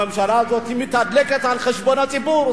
הממשלה הזאת מתדלקת על חשבון הציבור.